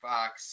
Fox